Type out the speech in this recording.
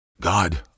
God